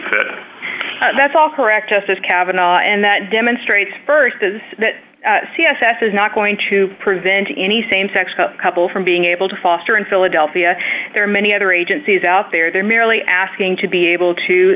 fit that's all correct just as cavanagh and that demonstrates st is that c s s is not going to prevent any same sex couples from being able to foster in philadelphia there are many other agencies out there they're merely asking to be able to